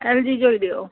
LG जो ई ॾेयो